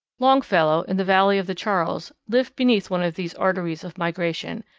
longfellow, in the valley of the charles, lived beneath one of these arteries of migration,